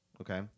Okay